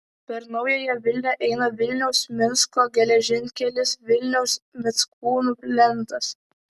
per naująją vilnią eina vilniaus minsko geležinkelis vilniaus mickūnų plentas